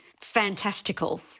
fantastical